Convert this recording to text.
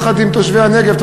יחד עם תושבי הנגב,